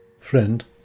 Friend